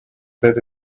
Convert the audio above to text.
that